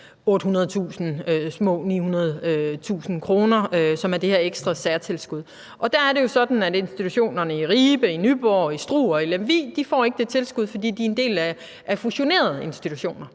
800.000 kr., små 900.000 kr., som er det her ekstra særtilskud. Der er det jo sådan, at institutionerne i Ribe, i Nyborg, i Struer og i Lemvig ikke får det tilskud, fordi de er en del af de fusionerede institutioner,